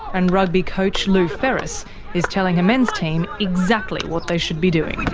and rugby coach lou ferris is telling a men's team exactly what they should be doing.